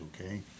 okay